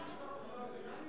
קריאות ביניים?